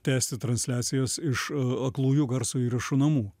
tęsti transliacijas iš aklųjų garso įrašų namų